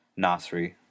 Nasri